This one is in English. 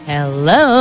Hello